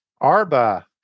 Arba